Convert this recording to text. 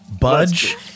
Budge